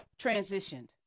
transitioned